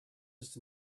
just